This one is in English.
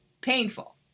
painful